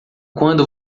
quando